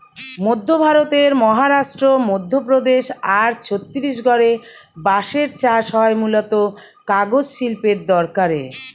মধ্য ভারতের মহারাষ্ট্র, মধ্যপ্রদেশ আর ছত্তিশগড়ে বাঁশের চাষ হয় মূলতঃ কাগজ শিল্পের দরকারে